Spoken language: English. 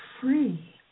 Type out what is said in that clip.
free